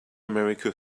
america